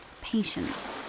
patience